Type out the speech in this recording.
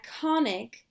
iconic